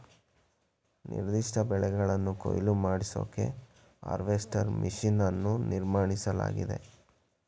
ನಿರ್ದಿಷ್ಟ ಬೆಳೆಗಳನ್ನು ಕೊಯ್ಲು ಮಾಡಿಸೋಕೆ ಹಾರ್ವೆಸ್ಟರ್ ಮೆಷಿನ್ ಅನ್ನು ನಿರ್ಮಿಸಲಾಗಿದೆ